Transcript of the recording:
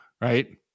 right